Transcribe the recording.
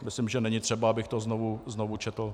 Myslím, že není třeba, abych to znovu četl.